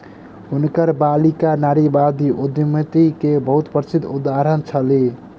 हुनकर बालिका नारीवादी उद्यमी के बहुत प्रसिद्ध उदाहरण छली